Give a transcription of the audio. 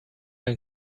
ein